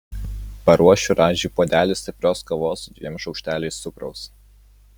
paruošiu radžiui puodelį stiprios kavos su dviem šaukšteliais cukraus